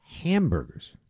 hamburgers